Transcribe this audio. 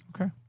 Okay